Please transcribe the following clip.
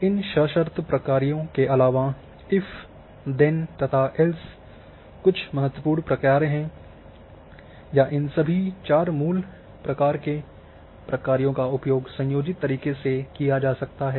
इन सशर्त प्रकार्यों के अलावा इफ़ देन तथा एल्स कुछ महत्वपूर्ण प्रकार्य हैं या इन सभी चार मूल प्रकार के प्रकार्यों का उपयोग संयोजित तरीक़े से किया जा सकता है